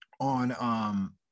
on